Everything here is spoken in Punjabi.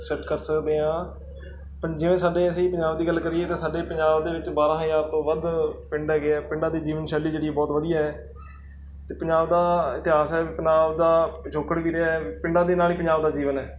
ਸੈੱਟ ਕਰ ਸਕਦੇ ਹਾਂ ਜਿਵੇਂ ਸਾਡੇ ਅਸੀਂ ਪੰਜਾਬ ਦੀ ਗੱਲ ਕਰੀਏ ਤਾਂ ਸਾਡੇ ਪੰਜਾਬ ਦੇ ਵਿੱਚ ਬਾਰਾਂ ਹਜ਼ਾਰ ਤੋਂ ਵੱਧ ਪਿੰਡ ਹੈਗੇ ਆ ਪਿੰਡਾਂ ਦੇ ਜੀਵਨ ਸ਼ੈਲੀ ਜਿਹੜੀ ਬਹੁਤ ਵਧੀਆ ਹੈ ਅਤੇ ਪੰਜਾਬ ਦਾ ਇਤਿਹਾਸ ਹੈ ਪੰਜਾਬ ਦਾ ਪਿਛੋਕੜ ਵੀ ਰਿਹਾ ਹੈ ਪਿੰਡਾਂ ਦੇ ਨਾਲ ਹੀ ਪੰਜਾਬ ਦਾ ਜੀਵਨ ਹੈ